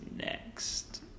next